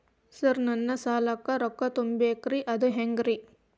Sir ನನ್ನ ಸಾಲಕ್ಕ ರೊಕ್ಕ ತುಂಬೇಕ್ರಿ ಅದು ಹೆಂಗ್ರಿ?